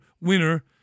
winner